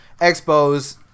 expos